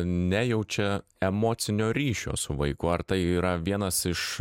nejaučia emocinio ryšio su vaiku ar tai yra vienas iš